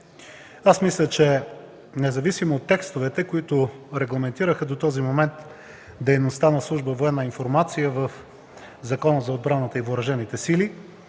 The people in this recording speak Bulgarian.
Аз мисля, че независимо от текстовете, които регламентираха до този момент дейността на служба „Военна информация” в Закона за отбраната и въоръжените сили,